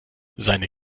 seine